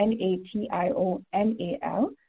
n-a-t-i-o-n-a-l